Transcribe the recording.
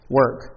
work